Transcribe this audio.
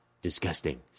disgusting